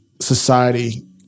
society